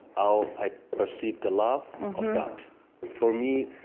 how i perceive the love but for me,